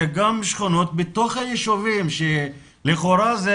זה גם שכונות בתוך היישובים, שלכאורה זה